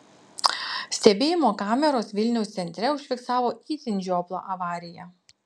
stebėjimo kameros vilniaus centre užfiksavo itin žioplą avariją